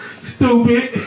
Stupid